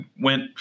went